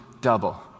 double